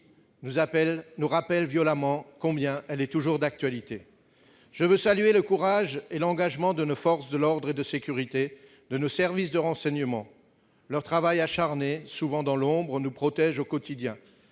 nous rappelle violemment combien elle est toujours d'actualité. Je veux saluer le courage et l'engagement de nos forces de l'ordre et de sécurité, de nos services de renseignement. Leur travail acharné, souvent dans l'ombre, nous protège au quotidien.